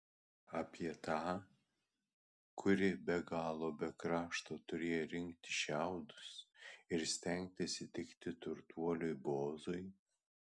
apie tą kuri be galo be krašto turėjo rinkti šiaudus ir stengtis įtikti turtuoliui boozui